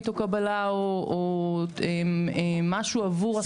או קבלה או משהו עבור הספקת שירותים.